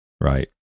right